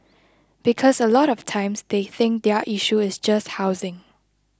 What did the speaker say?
because a lot of times they think their issue is just housing